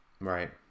right